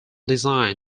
design